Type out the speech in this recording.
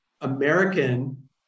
American